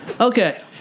Okay